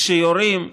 כשיורים,